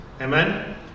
Amen